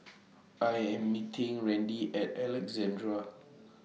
I Am meeting Randy At Alexandra